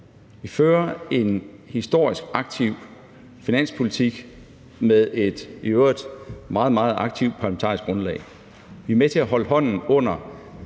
Vi fører en historisk aktiv finanspolitik med et i øvrigt meget, meget aktivt parlamentarisk grundlag. Vi er med til at holde hånden under